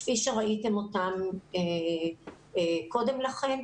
כפי שראיתם אותם קודם לכך.